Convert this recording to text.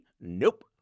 Nope